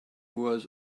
was